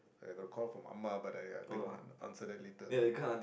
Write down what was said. I got call from ah ma but think I'll answer that later